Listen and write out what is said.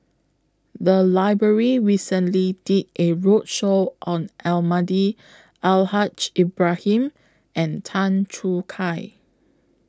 The Library recently did A roadshow on Almahdi Al Haj Ibrahim and Tan Choo Kai